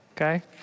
Okay